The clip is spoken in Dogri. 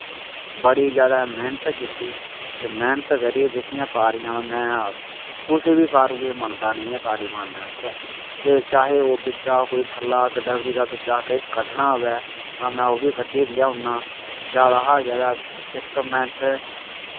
बड़ी जैदा मैह्नत कीती ते मैह्नत करियै जेह्कियां तारियां में कुसै बी तारुऐ गी मनदा नेईं हा में तारी मारने आस्तै ते चाहे ओह् बिच्चा कोई थल्ले दा डबरी दे बिच्चा किश कड्ढना होऐ तां में उब्भी कड्ढियै लेई औन्ना जैदा शा जैदा इक मिन्ट